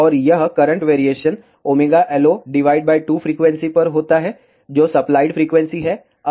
और यह current variation ωLO 2 frequency पर होता है जो सप्लाइड फ्रीक्वेंसी है